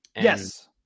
Yes